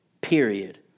period